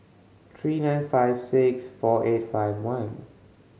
three nine five six four eight five one